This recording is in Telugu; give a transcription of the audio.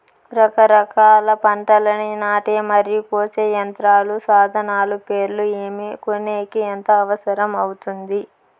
రకరకాల పంటలని నాటే మరియు కోసే యంత్రాలు, సాధనాలు పేర్లు ఏమి, కొనేకి ఎంత అవసరం అవుతుంది?